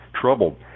troubled